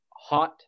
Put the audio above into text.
hot